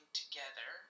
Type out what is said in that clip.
together